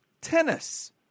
tennis